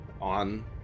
on